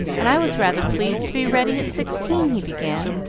and i was rather pleased to be ready at sixteen, he began.